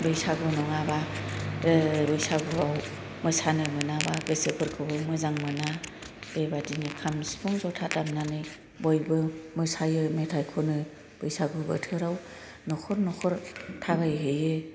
आरो बैसागु नङाबा बैसागुआव मोसानो मोनाबा गोसोफोरखौबो मोजां मोना बेबादिनो खाम सिफुं ज'था दामनानै बयबो मोसायो मेथाइ खनो बैसागु बोथोराव नखर नखर थाबाय हैयो